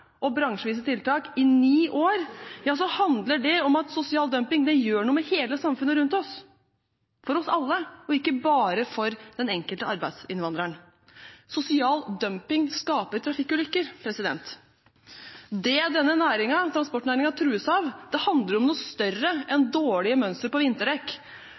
og bransjevise tiltak i ni år, så handler det om at sosial dumping gjør noe med hele samfunnet rundt oss, for oss alle, og ikke bare for den enkelte arbeidsinnvandrer. Sosial dumping skaper trafikkulykker. Det transportnæringen trues av, handler om noe større enn dårlige mønster på